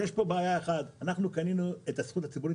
ויש פה בעיה אחת: אנחנו קנינו את הזכות הציבורית